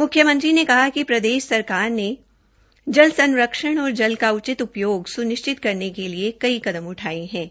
मुख्यमंत्री नेकहा कि प्रदेष सरकार ने जल संरक्षण और जल का उचित उपयोग सुनिष्वित करने केलिए कई कदम उठाए हैं